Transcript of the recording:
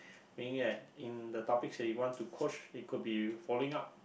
meaning that in the topics that you want to coach it could be following up